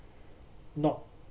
not